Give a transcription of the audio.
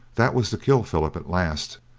that was to kill philip at last,